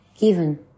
given